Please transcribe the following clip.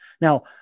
Now